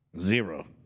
Zero